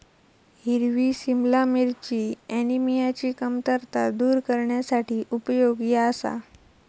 हिरवी सिमला मिरची ऍनिमियाची कमतरता दूर करण्यासाठी उपयोगी आसा